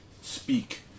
speak